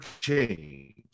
change